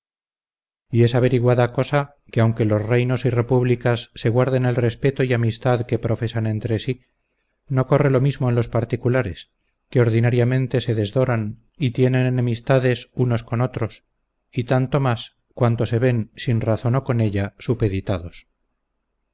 y es averiguada cosa que aunque los reinos y repúblicas se guarden el respeto y amistad que profesan entre sí no corre lo mismo en los particulares que ordinariamente se desdoran y tienen enemistades unos con otros y tanto más cuanto más se ven sin razón o con ella supeditados